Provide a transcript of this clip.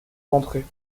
d’entrer